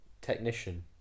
Technician